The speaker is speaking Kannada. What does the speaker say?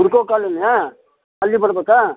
ಹುಡ್ಕೋ ಕಾಲೋನಿಯಾ ಅಲ್ಲಿ ಬರ್ಬೇಕಾ